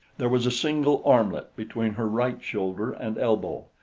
there was a single armlet between her right shoulder and elbow,